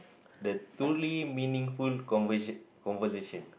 the truly meaningful convers~ conversation